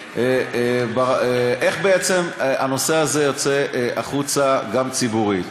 איך הנושא הזה יוצא החוצה גם ציבורית.